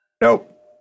Nope